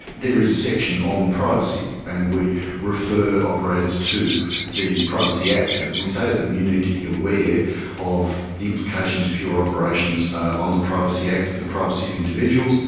there is a section on privacy and we refer operators to the privacy act and and we say to them, you need to be aware of the implications of your operations on the privacy act and the privacy of individuals.